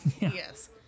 yes